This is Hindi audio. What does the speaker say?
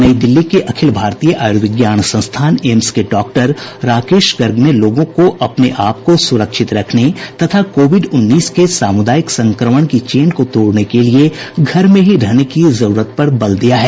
नई दिल्ली के अखिल भारतीय आयुर्विज्ञान संस्थान एम्स के डॉक्टर राकेश गर्ग ने लोगों को अपने आपको सुरक्षित रखने तथा कोविड उन्नीस के सामुदायिक संक्रमण की चेन को तोड़ने के लिए घर में रहने की जरूरत पर बल दिया है